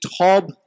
Tob